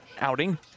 outing